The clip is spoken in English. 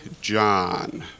John